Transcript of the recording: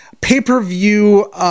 pay-per-view